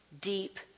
deep